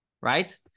Right